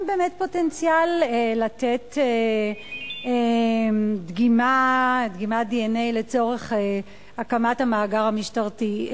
באמת פוטנציאל לתת דגימת DNA לצורך הקמת המאגר המשטרתי.